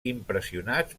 impressionats